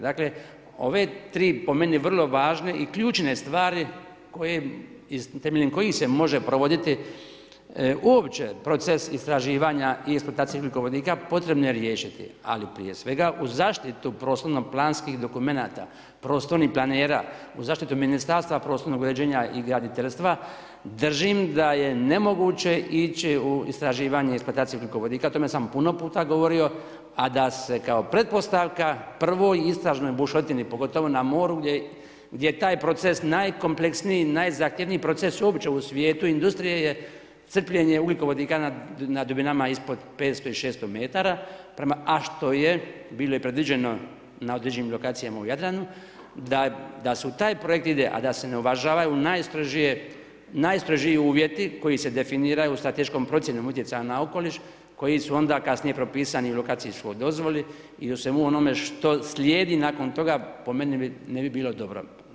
Dakle, ove tri po meni vrlo važne i ključne stvari temeljem kojih se može provoditi uopće proces istraživanja i eksploatacije ugljikovodika potrebno je riješiti, ali prije svega uz zaštitu prostorno-planskih dokumenata, prostornih planera, uz zaštitu Ministarstva prostornog uređenja i graditeljstva držim da je nemoguće ići u istraživanje eksploatacije ugljikovodika, o tome sam puno puta govorio, a da se kao pretpostavka prvo istražnoj bušotini pogotovo na moru gdje je taj proces najkompleksniji, najzahtjevniji proces uopće u svijetu industrije je crpljenje ugljikovodika na dubinama ispod 500 i 600 metara, a što je bilo i predviđeno na određenim lokacijama u Jadranu, da se u taj projekt ide, a da se ne uvažavaju najstrožiji uvjeti koji se definiraju strateškom procjenom utjecaja na okoliš koji su onda kasnije propisani u lokacijskoj dozvoli i u svemu onome što slijedi nakon toga po meni ne bi bilo dobro.